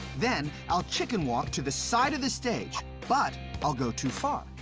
then i'll chicken-walk to the side of the stage but i'll go too far,